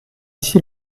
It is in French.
ici